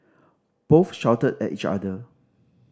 both shouted at each other